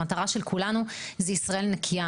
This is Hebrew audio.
המטרה של כולנו זה ישראל נקייה.